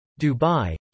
Dubai